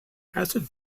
acid